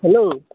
hello